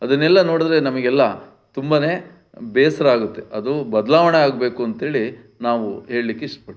ಅದನ್ನೆಲ್ಲ ನೋಡಿದರೆ ನಮಗೆಲ್ಲ ತುಂಬನೇ ಬೇಸರ ಆಗುತ್ತೆ ಅದು ಬದಲಾವಣೆ ಆಗಬೇಕು ಅಂಥೇಳಿ ನಾವು ಹೇಳ್ಳಿಕ್ಕೆ ಇಷ್ಟಪಡ್ತೀವಿ